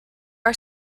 are